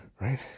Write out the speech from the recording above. right